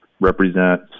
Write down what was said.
represent